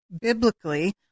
biblically